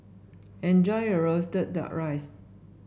enjoy your roasted duck rice